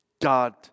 God